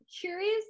curious